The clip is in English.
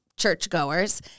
churchgoers